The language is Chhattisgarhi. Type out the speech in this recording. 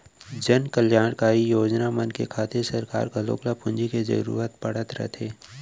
जनकल्यानकारी योजना मन के खातिर सरकार घलौक ल पूंजी के जरूरत पड़त रथे